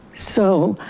so,